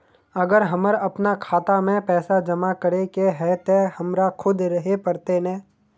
अगर हमर अपना खाता में पैसा जमा करे के है ते हमरा खुद रहे पड़ते ने?